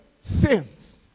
sins